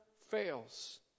fails